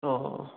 ꯑꯣ ꯑꯣ